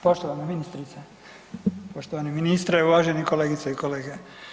Poštovana ministrice, poštovani ministre, uvaženi kolegice i kolege.